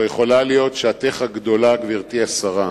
זו יכולה להיות שעתך הגדולה, גברתי השרה.